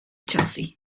chelsea